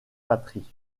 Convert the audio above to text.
patrie